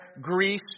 Greece